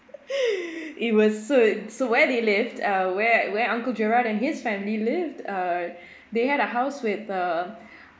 it was so so where they lived uh where where uncle gerard and his family lived uh they had a house with uh